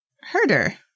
Herder